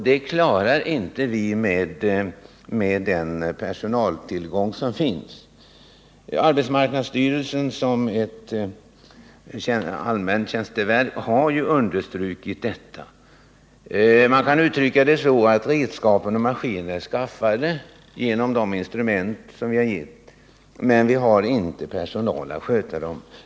Detta klarar man inte med den nuvarande personaltillgången. Detta har understrukits av arbetsmarknadsstyrelsen som är ansvarigt ämbetsverk. Man kan uttrycka det så att redskap och maskiner är anskaffade i och med de instrument som riksdagen har ställt till förfogande för arbetsmarknadsverket men att man inte har personal att sköta dem.